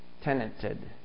Tenanted